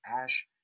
ash